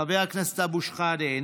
חבר הכנסת אבו שחאדה,